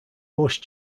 bush